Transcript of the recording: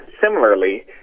similarly